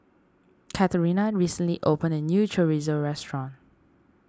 Katarina recently opened a new Chorizo restaurant